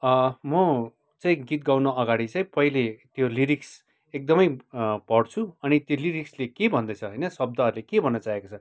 म चाहिँ गीत गाउनु अगाडि चाहिँ पहिले त्यो लिरिक्स एकदमै पढ्छु अनि त्यो लिरिक्सले के भन्दैछ होइन शब्दहरूले के भन्न चाहेको छ